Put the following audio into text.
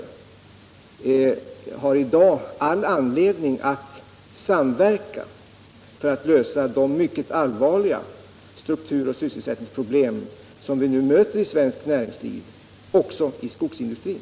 De har i dag all anledning att samverka för att lösa de mycket allvarliga strukturoch sysselsättningsproblem som vi nu möter i svensk näringsliv — även i skogsindustrin.